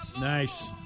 Nice